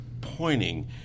pointing